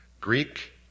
Greek